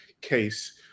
case